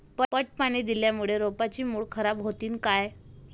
पट पाणी दिल्यामूळे रोपाची मुळ खराब होतीन काय?